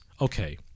Okay